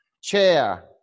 Chair